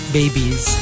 babies